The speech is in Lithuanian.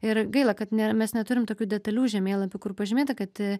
ir gaila kad nėra mes neturim tokių detalių žemėlapių kur pažymėta kad